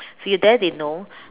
if you're there they know